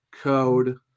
code